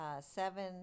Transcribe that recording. seven